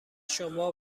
شما